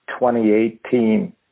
2018